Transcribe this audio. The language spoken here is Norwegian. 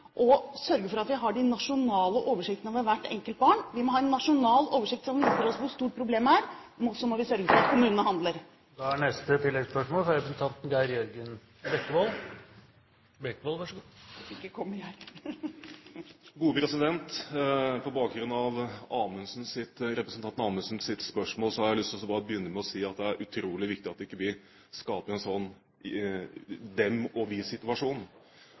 sørge for at vi har de nasjonale oversiktene over hvert enkelt barn; vi må ha en nasjonal oversikt som viser oss hvor stort problemet er, men så må vi sørge for at kommunene handler. Geir Jørgen Bekkevold – til oppfølgingsspørsmål. På bakgrunn av representanten Amundsens spørsmål har jeg lyst til å begynne med å si at det er utrolig viktig at vi ikke skaper en de-og-vi-situasjon. Det er ikke bare deres barn som taper på den sosiale arenaen, som taper på kunnskapsarenaen, det er våre barn også. Jeg synes vi